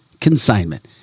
Consignment